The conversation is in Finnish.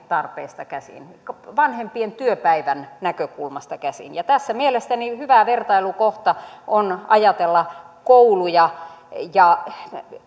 tarpeista käsin vanhempien työpäivän näkökulmasta käsin ja tässä mielestäni hyvä vertailukohta on ajatella kouluja ja ja